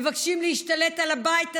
מבקשים להשתלט על הבית הזה.